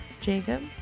Jacob